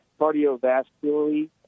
cardiovascularly